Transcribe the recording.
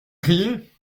crier